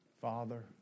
Father